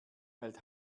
hält